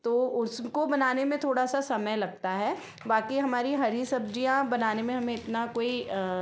तो उसको बनाने में थोड़ा सा समय लगता है बाकी हमारी हरी सब्जियाँ बनाने में हमें इतना कोई